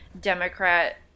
democrat